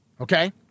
Okay